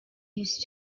used